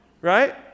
right